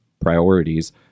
priorities